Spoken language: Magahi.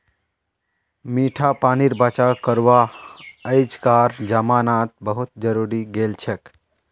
मीठा पानीर बचाव करवा अइजकार जमानात बहुत जरूरी हैं गेलछेक